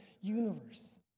universe